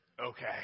okay